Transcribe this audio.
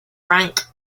rank